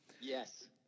Yes